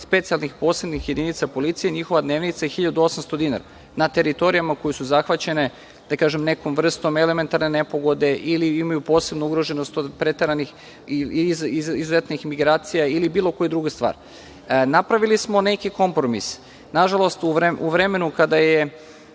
specijalnih posebnih jedinica policije njihova dnevnica je 1.800 dinara na teritorijama koje su zahvaćene, da kažem, nekom vrstom elementarne nepogode ili imaju posebnu ugroženost od preteranih izuzetnih imigracija ili bilo koja druga stvar. Napravili smo neki kompromis. Ima još uvek